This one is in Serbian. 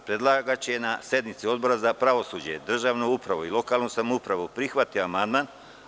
Predlagač je na sednici Odbora za pravosuđe, državnu upravu i lokalnu samoupravu prihvatio amandman.